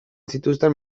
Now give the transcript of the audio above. zituzten